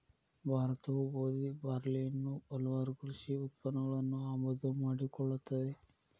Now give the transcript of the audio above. ಭಾರತವು ಗೋಧಿ, ಬಾರ್ಲಿ ಇನ್ನೂ ಹಲವಾಗು ಕೃಷಿ ಉತ್ಪನ್ನಗಳನ್ನು ಆಮದು ಮಾಡಿಕೊಳ್ಳುತ್ತದೆ